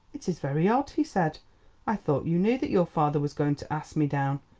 it is very odd, he said i thought you knew that your father was going to ask me down.